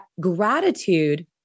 gratitude